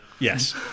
Yes